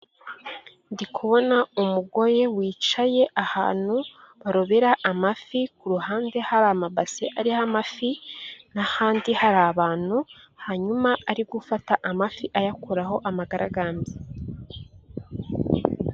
Ndi kubona umugore wicaye ahantu barobera amafi, ku ruhande hari amabase ariho amafi, n'ahandi hari abantu, hanyuma ari gufata amafi ayakuraho amagaragambya.